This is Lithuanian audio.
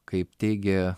kaip teigia